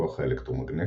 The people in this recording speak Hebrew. הכוח האלקטרו-מגנטי,